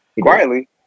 quietly